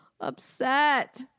upset